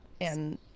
and-